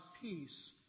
peace